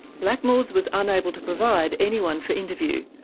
blackmores was unable to provide anyone for interview,